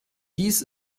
dies